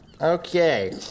Okay